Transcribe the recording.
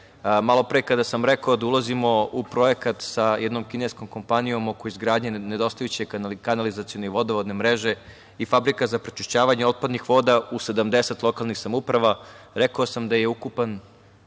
malopre kada sam rekao da ulazimo u projekat sa jednom kineskom kompanijom oko izgradnje nedostajuće kanalizacione i vodovodne mreže i fabrika za prečišćavanje otpadnih voda u 70 lokalnih samouprava, rekao sam da je ukupna